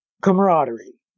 camaraderie